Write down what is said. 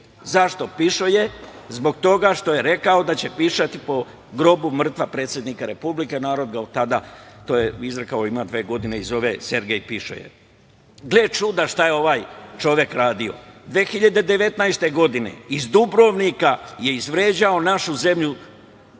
Zašto „pišoje“? Zbog toga što je rekao da će pišati po grobu mrtva predsednika Republike i narod ga od tada, to je izrekao ima dve godine, zove Sergej „pišoje“.Gledajte šta je ovaj čovek radio? Godine 2019. iz Dubrovnika je izvređao našu zemlju,